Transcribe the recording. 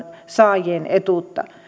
saajien etuutta